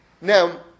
Now